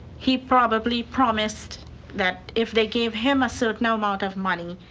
he probably promised that if they gave him a certain ah amount of money,